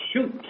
shoot